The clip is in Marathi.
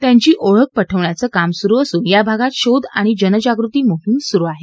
त्यांची ओळख पटवण्याचं काम सुरु असून या भागात शोध आणि जनजागृती मोहीम सुरु आहे